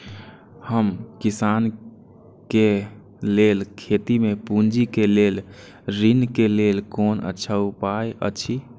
हम किसानके लेल खेती में पुंजी के लेल ऋण के लेल कोन अच्छा उपाय अछि?